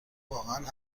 واقعا